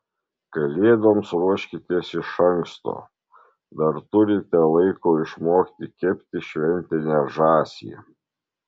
kalėdoms ruoškitės iš anksto dar turite laiko išmokti kepti šventinę žąsį